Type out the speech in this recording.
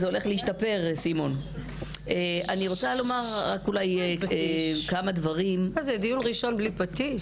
אני רוצה לומר שלכל היושבים בחדר הזה